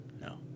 No